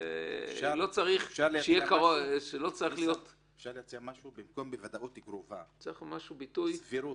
לא צריך להיות --- במקום "בוודאות קרובה" "סבירות".